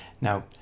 Now